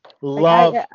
Love